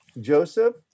Joseph